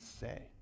say